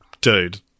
dude